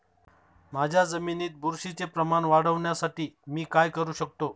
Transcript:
माझ्या जमिनीत बुरशीचे प्रमाण वाढवण्यासाठी मी काय करू शकतो?